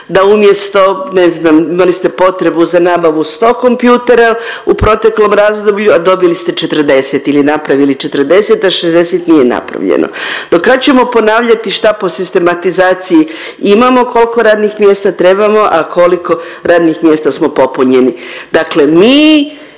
da umjesto ne znam imali ste potrebu na nabavu 100 kompjutera u proteklom razdoblju, a dobili ste 40 ili napravili 40, a 60 nije napravljeno? Do kad ćemo ponavljati šta po sistematizaciji imamo kolko radnih mjesta trebamo, a koliko radnih mjesta smo popunjeni? Dakle, mi